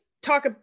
talk